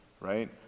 right